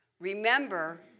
Remember